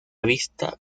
vista